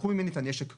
לקחו ממני את הנשק שלי,